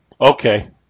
Okay